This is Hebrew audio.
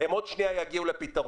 עוד שנייה היא תגיע לפתרון.